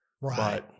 right